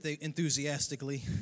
enthusiastically